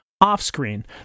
Off-screen